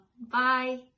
bye